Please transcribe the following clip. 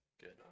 Good